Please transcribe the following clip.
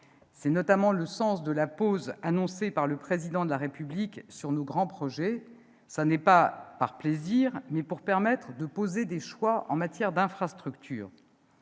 C'est notamment le sens de la pause annoncée par le Président de la République sur nos grands projets : ce n'est pas par plaisir, mais pour permettre de poser des choix en matière d'infrastructures.